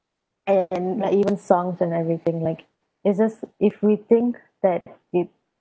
and not even songs and everything like is this if we think that it